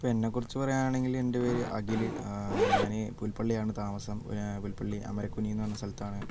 ഇപ്പോൾ എന്നെക്കുറിച്ച് പറയുകാണെങ്കിൽ എൻ്റെ പേര് അഖിൽ ഞാൻ പുൽപ്പള്ളിയാണ് താമസം പിന്നെ പുൽപ്പള്ളി അമരക്കുരി എന്ന പറയുന്ന സ്ഥലത്താണ്